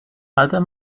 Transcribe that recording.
other